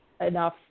enough